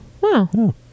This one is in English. Wow